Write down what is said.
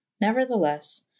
Nevertheless